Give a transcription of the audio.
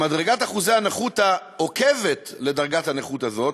במדרגת אחוזי הנכות העוקבת לדרגת הנכות הזאת,